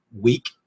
week